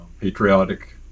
patriotic